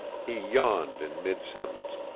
he yawned in mid-sentence,